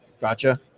Gotcha